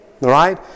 Right